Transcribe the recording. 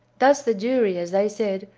thus the jury, as they said,